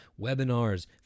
Webinars